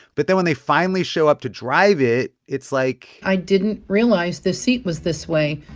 but then when they finally show up to drive it, it's like. i didn't realize this seat was this way.